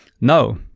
No